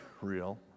real